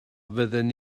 fydden